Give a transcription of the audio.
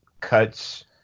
cuts